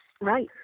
right